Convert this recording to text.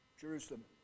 Jerusalem